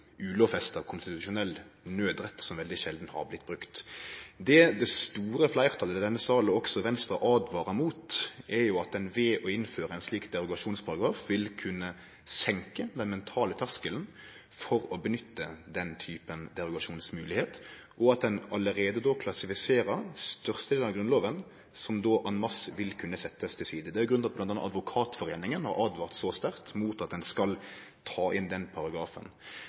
ulovfesta konstitusjonell nødrett som veldig sjeldan har vorte brukt. Det det store fleirtalet i denne salen – og også Venstre – åtvarar mot, er at ein ved å innføre ein slik derogasjonsparagraf vil kunne senke den mentale terskelen for å nytte den typen derogasjonsmyndighet, og at ein allereie då klassifiserer størstedelen av Grunnloven, som, en masse, vil kunne setjast til side. Det er ein grunn til at bl.a. Advokatforeningen har åtvara så sterkt imot at ein skal ta inn den paragrafen.